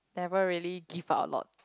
never really give out a lot